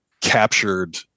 captured